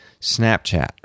Snapchat